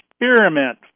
experiment